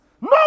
No